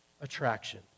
attraction